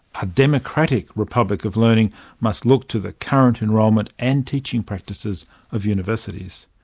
a democratic republic of learning must look to the current enrolment and teaching practices of universities.